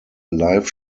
live